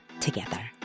together